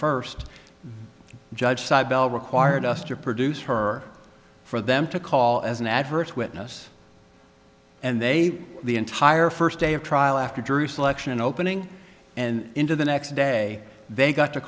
first judge sidel required us to produce her for them to call as an adverse witness and they the entire first day of trial after drew selection opening and into the next day they got to